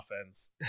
offense